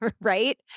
right